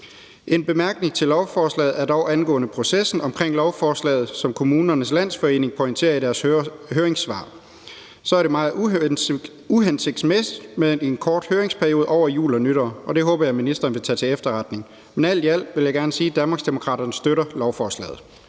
En bemærkning til lovforslaget er dog angående processen omkring lovforslaget. Som Kommunernes Landsforening pointerer i deres høringssvar, er det meget uhensigtsmæssigt med en kort høringsperiode over jul og nytår, og det håber jeg ministeren vil tage til efterretning. Men alt i alt vil jeg gerne sige, at Danmarksdemokraterne støtter lovforslaget.